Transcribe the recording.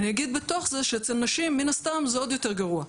אני אגיד בתוך זה שאצל נשים מן הסתם זה עוד יותר גרוע,